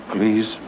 Please